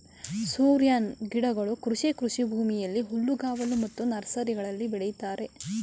ಸೋರೆನ್ ಗಿಡಗಳು ಕೃಷಿ ಕೃಷಿಭೂಮಿಯಲ್ಲಿ, ಹುಲ್ಲುಗಾವಲು ಮತ್ತು ನರ್ಸರಿಗಳಲ್ಲಿ ಬೆಳಿತರೆ